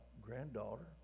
granddaughter